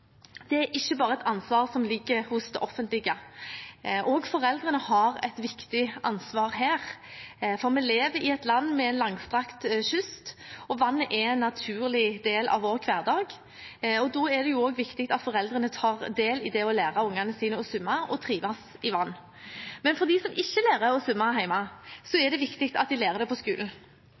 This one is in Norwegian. svømme er ikke bare et ansvar som ligger hos det offentlige. Også foreldrene har et viktig ansvar her, for vi lever i et land med en langstrakt kyst, og vannet er en naturlig del av vår hverdag, og da er det viktig at foreldrene tar del i det å lære ungene sine å svømme og trives i vann. Men for dem som ikke lærer å svømme hjemme, er det viktig at de lærer det på skolen.